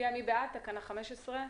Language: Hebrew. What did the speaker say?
מי בעד תקנה 15?